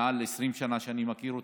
מעל עשרים שנה אני מכיר אותו: